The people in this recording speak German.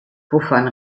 wovon